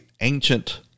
ancient